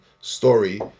story